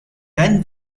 then